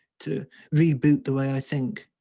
to reboot the way i think.